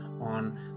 on